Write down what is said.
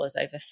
over